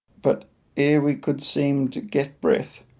but ere we could seem to get breath,